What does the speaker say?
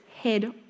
head